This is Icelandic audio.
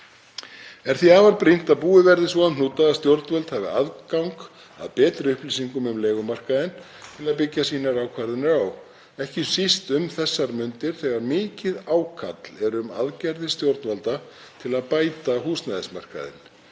Er því afar brýnt að búið verði svo um hnúta að stjórnvöld hafi aðgang að betri upplýsingum um leigumarkaðinn til að byggja ákvarðanir sínar á, ekki síst um þessar mundir þegar mikið ákall er um aðgerðir stjórnvalda til að bæta húsnæðismarkaðinn.